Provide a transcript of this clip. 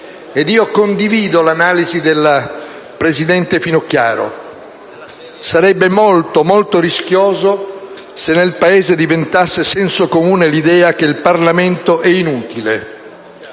io condivido l'analisi della presidente Finocchiaro: sarebbe molto, molto rischioso se nel Paese diventasse senso comune l'idea che il Parlamento è inutile.